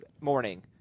morning